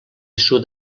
sud